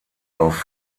auf